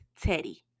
teddy